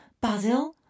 Basil